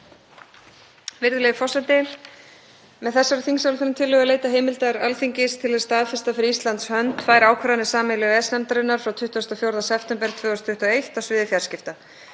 Virðulegi forseti. Með þessari þingsályktunartillögu er leitað heimildar Alþingis til að staðfesta fyrir Íslands hönd tvær ákvarðanir sameiginlegu EES-nefndarinnar frá 24. september 2021 á sviði fjarskipta.